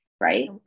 right